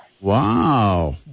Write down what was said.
Wow